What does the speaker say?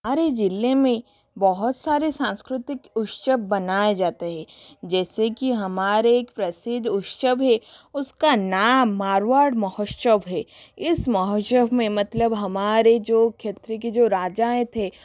हमारे ज़िले में बहुत सारे सांस्कृतिक उत्सव मनाए जाते हैं जैसे कि हमारा एक प्रसिद्ध उत्सव है उसका नाम मारवाड़ महोत्सव है इस महोत्सव में मतलब हमारे जो क्षेत्र के जो राजाएं थे